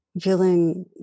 feeling